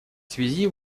связи